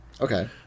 Okay